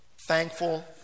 thankful